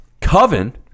coven